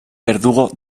verdugo